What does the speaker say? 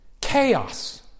Chaos